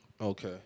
Okay